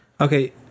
Okay